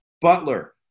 Butler